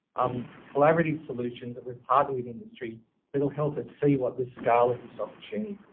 um collaborative solutions that we partner with industry that will help us see what the scale of this opportunity